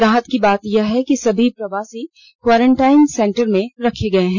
राहत की बात यह है कि सभी प्रवासी क्वारंटीन सेंटर में रखे गए हैं